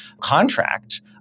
contract